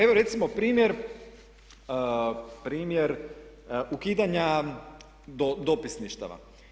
Evo recimo primjer ukidanja dopisništava.